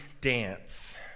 dance